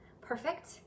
perfect